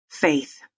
Faith